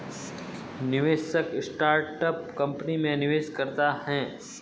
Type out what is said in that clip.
निवेशक startup company में निवेश करता है